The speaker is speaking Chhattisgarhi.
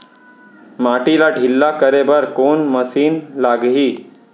माटी ला ढिल्ला करे बर कोन मशीन लागही?